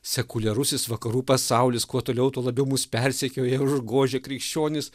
sekuliarusis vakarų pasaulis kuo toliau tuo labiau mus persekioja užgožia krikščionis